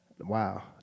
Wow